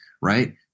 right